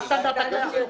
מה הסטנדרט הקיים?